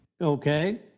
okay